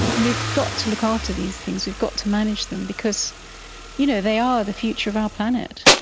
and we've got to look ah after these things, we've got to manage them because you know they are the future of our planet.